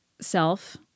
self